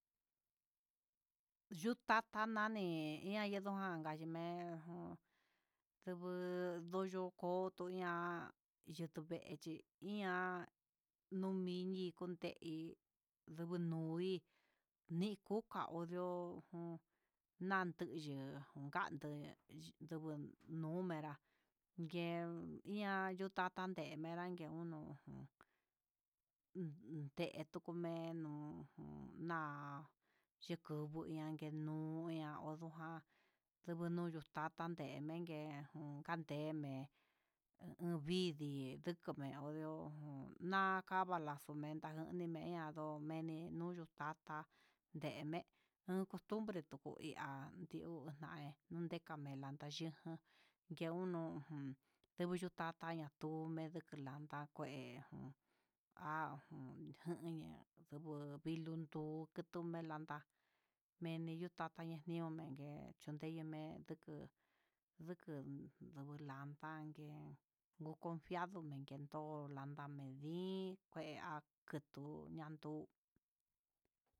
Yuu tata nani, ña'a yidonjan nani meno yu'u nduyu koto ihan yukumexhi, ña'a numini kundé hí ndunuí nikuka andió, natuyu kandó, exguu numera yen ian yuu tata yen menran nguion uun tun nde yuku me'e anun na'a yikun ña'a kenuu kueña ndojá, dubun nuu tata nden kandee ngueme vidii, ndika mendió nakavará, xumenta ndimeyan ndó meni nuu yuu tatá nde uun costumbre ndutu ihá andio unai ndekuu, kameyanijan yunuu uun tengu yuu tata natuu, medin kanda kué há nonda nutuña nuiluntu nijan ndindata, mendio yutata xhinda niumenke yundeyu me'en nduku nduku lundanta nguen ngu confiado ndeguentó kulanda nii nikea ndiken tu'ú yanduu.